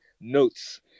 notes